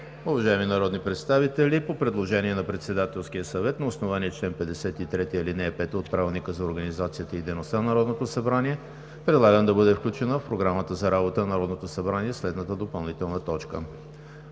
Уважаеми народни представители, по предложение на Председателския съвет, на основание чл. 53, ал. 5 от Правилника за организацията и дейността на Народното събрание предлагам да бъде включена в Програмата за работата на Народното събрание следната допълнителна точка: